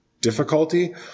difficulty